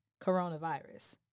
coronavirus